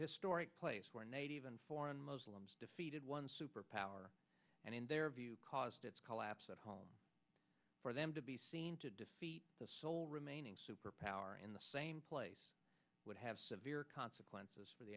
historic place where native and foreign muslims defeated one superpower and in their view caused its collapse at home for them to be seen to defeat the sole remaining superpower in the same place would have severe con